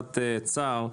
בקצת צער,